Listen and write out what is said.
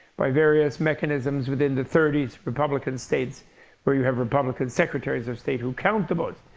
by various mechanisms within the thirty republican states where you have republican secretaries of state who count the votes.